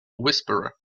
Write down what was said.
whisperer